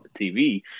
TV